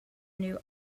new